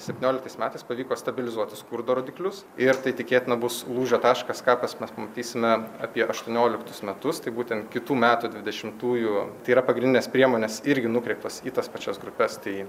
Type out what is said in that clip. septynioliktais metais pavyko stabilizuoti skurdo rodiklius ir tai tikėtina bus lūžio taškas ką pas mes pamatysime apie aštuonioliktus metus tai būtent kitų metų dvidešimtųjų tai yra pagrindinės priemonės irgi nukreiptos į tas pačias grupes tai